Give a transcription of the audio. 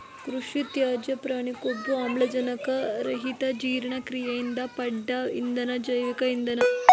ಕೃಷಿತ್ಯಾಜ್ಯ ಪ್ರಾಣಿಕೊಬ್ಬು ಆಮ್ಲಜನಕರಹಿತಜೀರ್ಣಕ್ರಿಯೆಯಿಂದ ಪಡ್ದ ಇಂಧನ ಜೈವಿಕ ಇಂಧನ